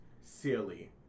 silly